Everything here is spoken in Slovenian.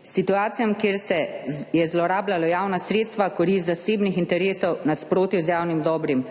– situacijam, kjer se je zlorabljalo javna sredstva v korist zasebnih interesov, v nasprotju z javnim dobrim,